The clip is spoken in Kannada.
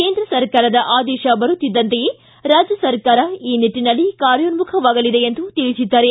ಕೇಂದ್ರ ಸರ್ಕಾರದ ಆದೇಶ ಬರುತ್ತಿದ್ದಂತೆಯೇ ರಾಜ್ಯ ಸರ್ಕಾರ ಈ ನಿಟ್ಟನಲ್ಲಿ ಕಾರ್ಯೋನ್ನುಖವಾಗಲಿದೆ ಎಂದು ತಿಳಿಸಿದ್ದಾರೆ